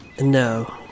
No